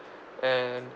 and